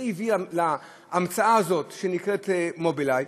זה הביא להמצאה הזאת שנקראת "מובילאיי".